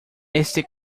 este